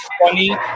funny